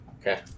Okay